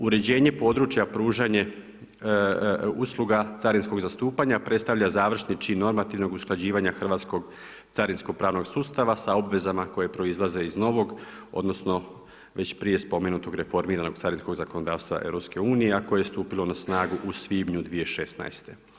Uređenje područja pružanje usluga carinskog zastupanja predstavlja završni čin normativnog usklađivanja hrvatskog carinskog pravnog sustava sa obvezama koje proizlaze iz novog odnosno već prije spomenutog reformiranog carinskog zakonodavstva EU, a koje je stupilo na snagu u svibnju 2016.